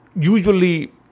usually